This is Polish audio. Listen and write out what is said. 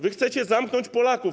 Wy chcecie zamknąć Polaków.